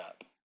up